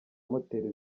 moteri